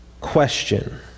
question